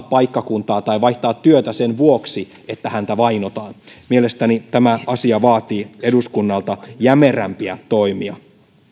paikkakuntaa tai vaihtaa työtä sen vuoksi että häntä vainotaan mielestäni tämä asia vaatii eduskunnalta jämerämpiä toimia